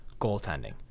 goaltending